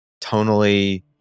tonally